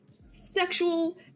sexual